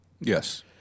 Yes